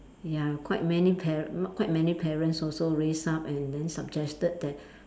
ya quite many par~ quite many parents also raised up and then suggested that